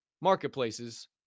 marketplaces